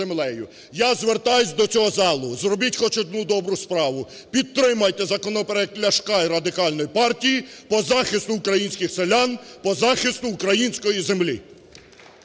Я звертаюсь до цього залу, зробіть хоч одну добру справу, підтримайте законопроект Ляшка і Радикальної партії по захисту українських селян, по захисту української землі.